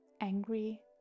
angry